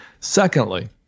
Secondly